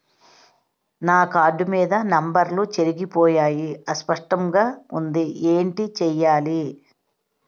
నా కార్డ్ మీద నంబర్లు చెరిగిపోయాయి అస్పష్టంగా వుంది ఏంటి చేయాలి?